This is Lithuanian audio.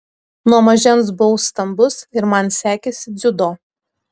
nuo mažens buvau stambus ir man sekėsi dziudo